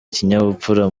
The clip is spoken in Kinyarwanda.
ikinyabupfura